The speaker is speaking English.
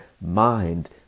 mind